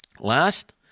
Last